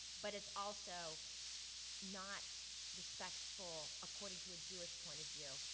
but it's also not respectful, according to a jewish point of view,